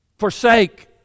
forsake